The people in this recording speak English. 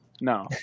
No